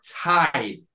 tied